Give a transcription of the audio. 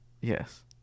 Yes